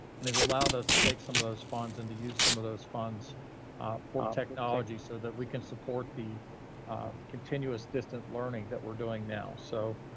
and has allowed us to take some of those funds and to use some of those funds for technology so that we can support the continuous distant learning that we're doing now. so